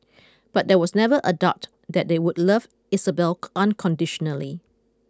but there was never a doubt that they would love Isabelle unconditionally